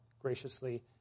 graciously